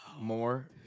More